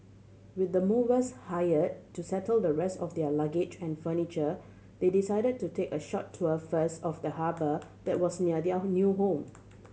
with the movers hired to settle the rest of their luggage and furniture they decided to take a short tour first of the harbour that was near their new home